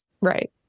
Right